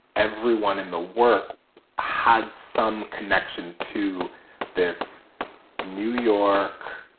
everyone in the work had some connection to this new york,